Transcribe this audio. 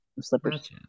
slippers